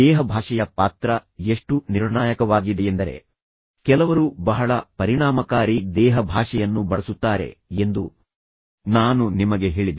ದೇಹಭಾಷೆಯ ಪಾತ್ರ ಎಷ್ಟು ನಿರ್ಣಾಯಕವಾಗಿದೆಯೆಂದರೆ ಕೆಲವರು ಬಹಳ ಪರಿಣಾಮಕಾರಿ ದೇಹಭಾಷೆಯನ್ನು ಬಳಸುತ್ತಾರೆ ಮತ್ತು ಬಹಳ ಮೋಸದ ವಿಷಯಗಳೊಂದಿಗೆ ದೂರ ಹೋಗುತ್ತಾರೆ ಎಂದು ನಾನು ನಿಮಗೆ ಹೇಳಿದೆ